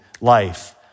life